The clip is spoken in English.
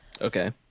Okay